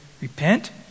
repent